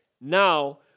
Now